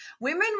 women